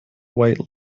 white